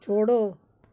छोड़ो